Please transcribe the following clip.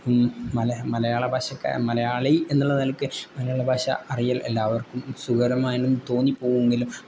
മല മലയാള ഭാഷ ഒക്കെ മലയാളി എന്നുള്ള നിലക്ക് മലയാള ഭാഷ അറിയൽ എല്ലാവർക്കും സുഖകരമായി തോന്നിപ്പോവുമെങ്കിലും